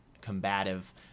combative